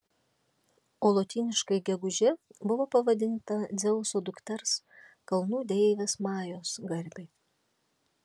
o lotyniškai gegužė buvo pavadinta dzeuso dukters kalnų deivės majos garbei